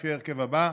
לפי ההרכב הבא: